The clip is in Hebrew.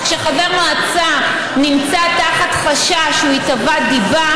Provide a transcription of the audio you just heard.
אך כשחבר מועצה נמצא תחת חשש שהוא ייתבע דיבה,